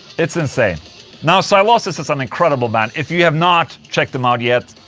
it's insane now, sylosis is an incredible band if you have not checked them out yet.